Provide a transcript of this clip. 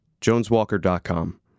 joneswalker.com